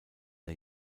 der